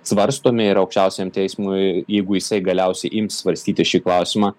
svarstomi ir aukščiausiajam teismui jeigu jisai galiausiai ims svarstyti šį klausimą